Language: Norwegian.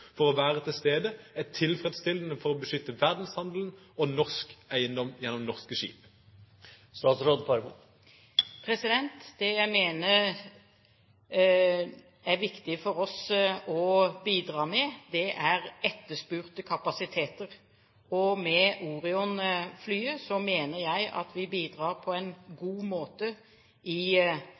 for å være til stede, er tilfredsstillende for å beskytte verdenshandelen og norsk eiendom ved norske skip? Det jeg mener er viktig for oss å bidra med, er etterspurte kapasiteter, og med Orion-flyet mener jeg at vi bidrar på en god måte i